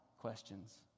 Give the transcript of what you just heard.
questions